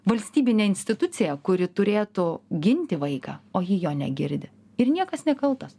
valstybinė institucija kuri turėtų ginti vaiką o ji jo negirdi ir niekas nekaltas